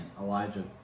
Elijah